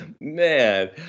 Man